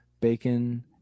bacon